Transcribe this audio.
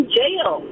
jail